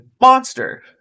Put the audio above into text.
monster